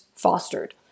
Fostered